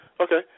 Okay